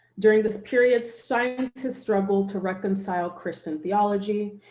during this period, scientists struggled to reconcile christian theology,